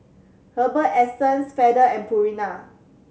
Herbal Essences Feather and Purina